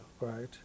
right